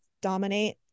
dominate